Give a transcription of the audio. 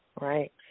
right